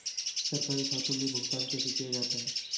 सरकारी खातों में भुगतान कैसे किया जाता है?